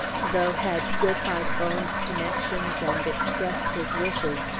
though, had goodhart owned connections and expressed his wishes,